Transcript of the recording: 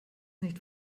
nicht